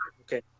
Okay